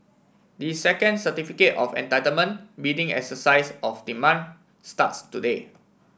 the second Certificate of Entitlement bidding exercise of the month starts today